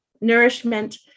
nourishment